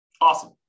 Awesome